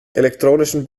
elektronischen